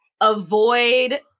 avoid